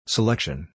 Selection